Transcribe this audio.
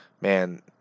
man